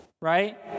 right